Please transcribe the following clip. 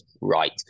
Right